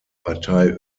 partei